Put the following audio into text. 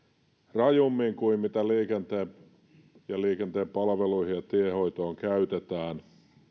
rajummin kuin mitä liikenteen palveluihin ja tienhoitoon käytetään